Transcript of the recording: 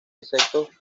insectos